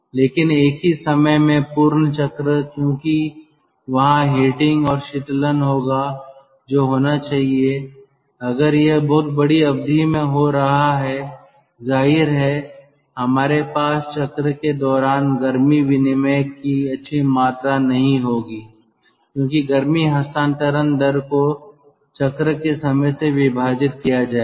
लेकिन एक ही समय में पूर्ण चक्र क्योंकि वहाँ हीटिंग और शीतलन होगा जो होना चाहिए अगर यह बहुत बड़ी अवधि में हो रहा है जाहिर है हमारे पास चक्र के दौरान गर्मी विनिमय की अच्छी मात्रा नहीं होगी क्योंकि गर्मी हस्तांतरण दर को चक्र के समय से विभाजित किया जाएगा